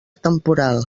temporal